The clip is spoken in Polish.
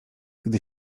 gdy